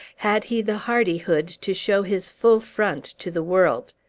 had he the hardihood to show his full front to the world.